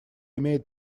имеет